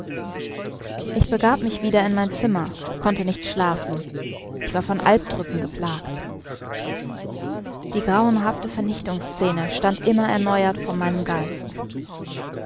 ich begab mich wieder in mein zimmer konnte nicht schlafen ich war von alpdrücken geplagt die grauenhafte vernichtungsscene stand immer erneuert vor meinem geist